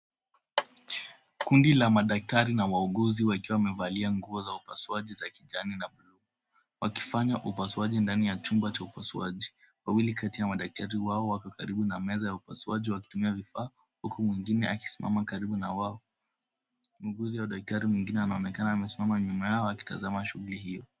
Kundi la madaktari na wauguzi wakiwa wamevalia nguo za upasuaji za kijani na bluu wakifanya upasuaji ndani ya chumba cha upasuaji. Wawili kati yao madaktari hao wako karibu na meza ya upasuaji wakitumia vifaa huku mwingine akisimama karibu na wao. Muuguzi au daktari mwingine anaonekana amesimama nyuma yao akitazama shughuli hiyo.